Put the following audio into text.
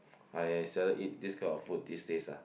I seldom eat this kind of food these days ah